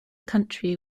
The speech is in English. country